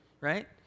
right